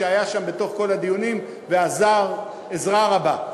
שהיה שם בתוך כל הדיונים ועזר עזרה רבה.